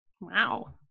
Wow